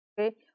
okay